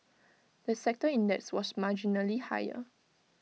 the sector index was marginally higher